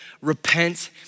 repent